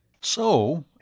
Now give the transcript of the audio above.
So